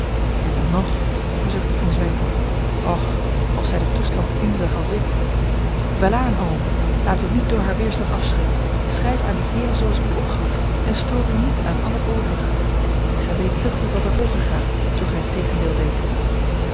en dan ng verzuchtte von zwenken och of zij den toestand inzag als ik welaan oom laat u niet door haar weerstand afschrikken schrijf aan die heeren zooals ik u opgaf en stoor u niet aan al het overige gij weet te goed wat er volgen gaat zoo gij het tegendeel deedt